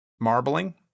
marbling